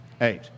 Eight